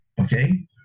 Okay